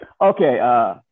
Okay